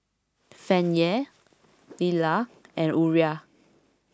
Fannye Lilah and Uriah